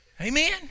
Amen